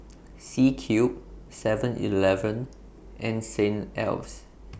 C Cube Seven Eleven and Saint Ives